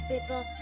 people